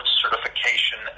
certification